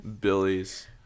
Billy's